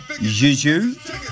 Juju